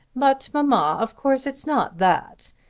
but, mamma, of course it's not that.